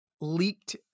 Leaked